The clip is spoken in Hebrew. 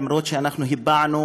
למרות שאנחנו הבענו,